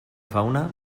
fauna